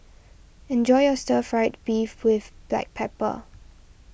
enjoy your Stir Fry Beef with Black Pepper